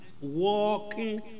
Walking